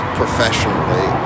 professionally